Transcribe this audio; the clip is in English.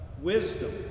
wisdom